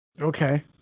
Okay